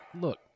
look